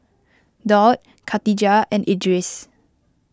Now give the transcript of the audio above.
Daud Khatijah and Idris